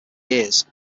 years